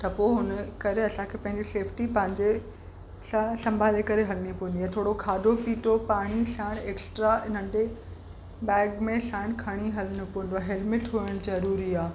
त पोइ हुन करे असांखे पंहिंजी सेफ्टी पंहिंजे सां संभाले करे हलणी पवंदी आहे थोरो खाधो पीतो पाणी साण एक्स्ट्रा नंढे बैग में साण खणी हलणो पवंदो आहे हेलमेट हुअण जरूरी आहे